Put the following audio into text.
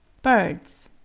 birds.